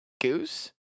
Goose